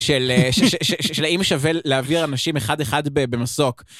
של האם שווה להעביר אנשים אחד אחד במסוק.